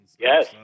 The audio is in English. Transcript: Yes